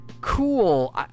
cool